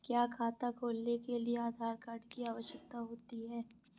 क्या खाता खोलने के लिए आधार कार्ड की आवश्यकता होती है?